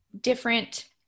different